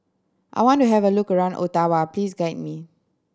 I want to have a look around Ottawa please guide me